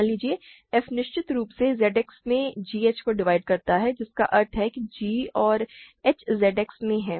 मान लीजिए f निश्चित रूप से ZX में gh को डिवाइड करता है जिसका अर्थ है कि g और h Z X में हैं